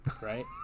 Right